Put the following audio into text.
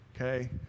okay